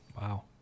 Wow